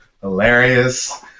hilarious